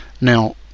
now